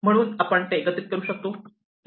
म्हणून आपण ते एकत्रित करू शकतो